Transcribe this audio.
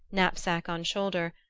knapsack on shoulder,